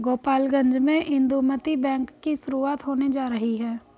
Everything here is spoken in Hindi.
गोपालगंज में इंदुमती बैंक की शुरुआत होने जा रही है